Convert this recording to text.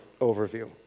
overview